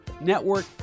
network